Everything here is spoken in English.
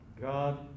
God